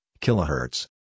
Kilohertz